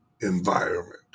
Environment